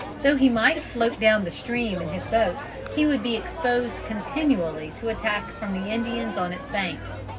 though he might float down the stream in his boat he would be exposed continually to attacks from the indians on its banks,